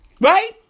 right